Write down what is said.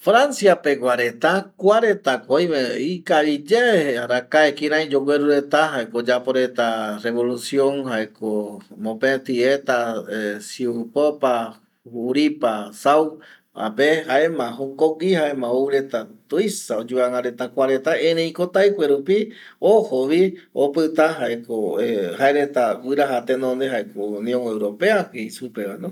Francia pegua reta kua retako oime ikaviyae kiarai arakai ikavi yogueru reta jaeko oyapo reta revolucion jaeko mopeti eta siupopa juripa sauape jaema jokogui jaema ou reta tuisa oyuvangareta kuareta ereiko taikue rupi ojovi opita jaeko jaereta guiraja tenonde jaeko Union Europea jeisupevano